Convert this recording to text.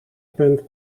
punt